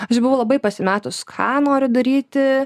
aš buvau labai pasimetus ką noriu daryti